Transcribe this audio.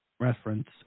reference